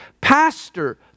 pastor